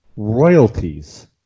Royalties